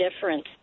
difference